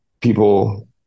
people